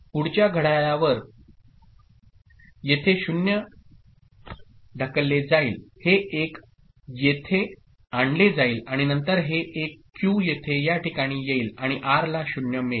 पुढच्या घड्याळावर येथे 0 येथे ढकलले जाईल हे 1 येथे येथे आणले जाईल आणि नंतर हे 1 क्यू येथे या ठिकाणी येईल आणि आर ला 0 मिळेल